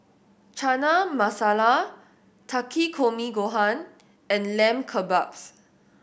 Chana Masala Takikomi Gohan and Lamb Kebabs